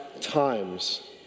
times